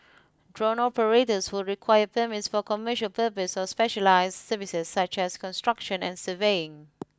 drone operators would require permits for commercial purpose or specialised services such as construction and surveying